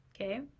okay